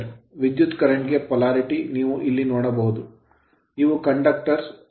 ವಿದ್ಯುತ್ ಕರೆಂಟ್ ಗೆ polarity ಧ್ರುವೀಯತೆಯನ್ನು ನೀವು ಇಲ್ಲಿ ನೋಡಬಹುದು ಇವು conductors ವಾಹಕಗಳಾಗಿವೆ